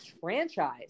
franchise